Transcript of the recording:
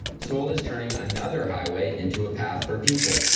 seoul is turning another highway into a path for people.